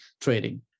trading